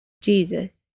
Jesus